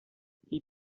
die